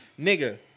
Nigga